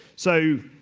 so,